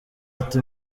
ati